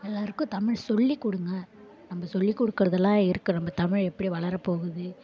எல்லாருக்கும் தமிழ் சொல்லிக் கொடுங்க நம்ம சொல்லி கொடுக்கறதெல்லாம் இருக்குது நம்ம தமிழ் எப்படி வளரப்போகுது